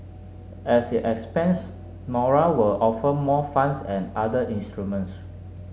as it expands Nora will offer more funds and other instruments